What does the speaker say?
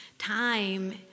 Time